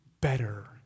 better